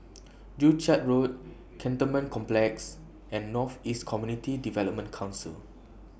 Joo Chiat Road Cantonment Complex and North East Community Development Council